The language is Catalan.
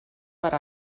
per